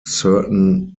certain